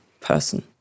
person